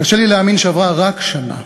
קשה לי להאמין שעברה רק שנה.